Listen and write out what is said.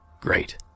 great